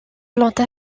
plante